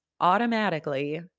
automatically